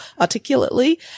articulately